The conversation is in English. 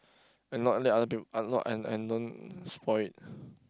and not let other people and and don't spoil it